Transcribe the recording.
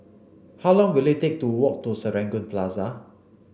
how long will it take to walk to Serangoon Plaza